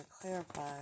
clarify